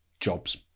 Jobs